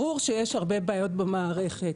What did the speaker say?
ברור שיש הרבה בעיות במערכת,